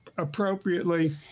appropriately